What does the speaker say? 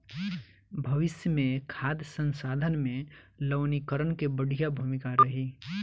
भविष्य मे खाद्य संसाधन में लवणीकरण के बढ़िया भूमिका रही